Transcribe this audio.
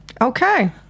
okay